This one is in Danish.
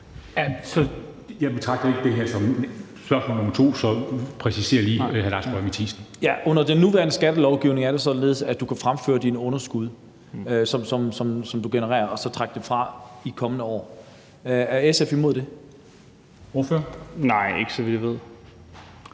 Jeg betragter ikke det her som spørgsmål nummer to, så præciser lige, hr. Lars Boje Mathiesen. Kl. 20:06 Lars Boje Mathiesen (NB): Under den nuværende skattelovgivning er det således, at du kan fremføre de underskud, som du genererer, og så trække dem fra i kommende år. Er SF imod det? Kl. 20:06 Formanden (Henrik